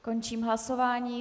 Končím hlasování.